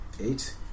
Eight